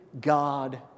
God